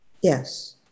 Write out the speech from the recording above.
Yes